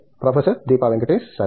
professor Deepa Venkatesh సరే